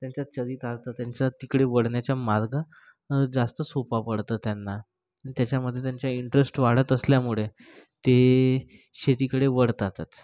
त्यांच्या चरितार्थ त्यांच्या तिकडे वळण्याच्या मार्ग जास्त सोपा पडतं त्यांना त्याच्यामधे त्यांच्या इंटरेस्ट वाढत असल्यामुळे ते शेतीकडे वळतातच